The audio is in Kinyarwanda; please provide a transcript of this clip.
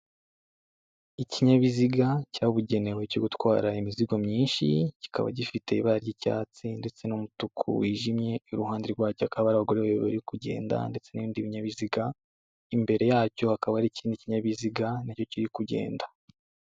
Ikinyabiziga cyabugenewe cyo gutwara imizigo myinshi kikaba gifite iba ry'icyatsi ndetse n'umutuku wijimye iruhande rwacyo hakaba hari abagore babiri bari kugenda ndetse n'ibindi binyabiziga, imbere yacyo hakaba hari ikindi kinyabiziga nacyo kiri kugenda.